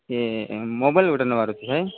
ଇଏ ମୋବାଇଲ୍ ଗୋଟେ ନେବାର ଅଛି ଭାଇ